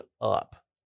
up